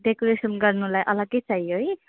decoration गर्नुलाई अलग्गै चाहियो है